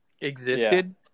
existed